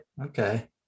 Okay